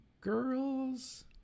girls